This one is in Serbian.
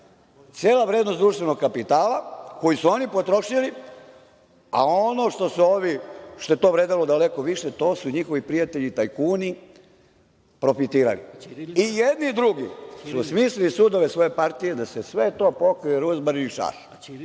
cela vrednost društvenog kapitala, koji su oni potrošili, a ono što je vredelo daleko više, to su njihovi prijatelji tajkuni profitirali. I jedni i drugi su smislili sudove svoje partije, da se sve to pokrije ruzmarin i šaš,